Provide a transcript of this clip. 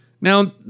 Now